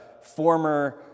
former